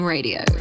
Radio